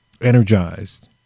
energized